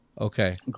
Okay